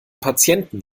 patienten